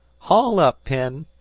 haul up, penn,